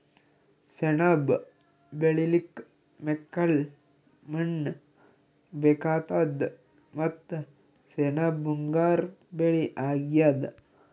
ಸೆಣಬ್ ಬೆಳಿಲಿಕ್ಕ್ ಮೆಕ್ಕಲ್ ಮಣ್ಣ್ ಬೇಕಾತದ್ ಮತ್ತ್ ಸೆಣಬ್ ಮುಂಗಾರ್ ಬೆಳಿ ಅಗ್ಯಾದ್